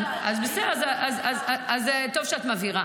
בסדר, אז זה טוב שאת מבהירה.